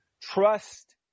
trust